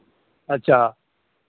अच्छा